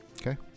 Okay